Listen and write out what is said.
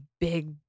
big